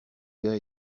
gars